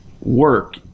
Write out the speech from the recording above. work